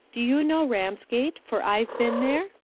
do you know ramsgate, for i've been there?